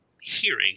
hearing